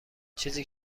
چیزی